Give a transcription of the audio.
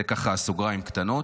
זה ככה בסוגריים קטנים.